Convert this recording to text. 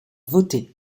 voter